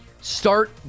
start